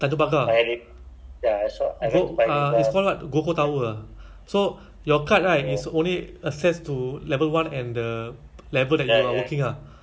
so when you tap kan dia dia tahu which which place to go to ah like which lift to go to then but when you going down because when you tap means you know that is going down [what]